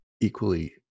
equally